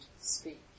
speak